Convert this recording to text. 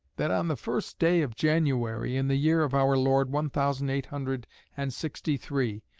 that on the first day of january, in the year of our lord one thousand eight hundred and sixty-three,